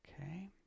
Okay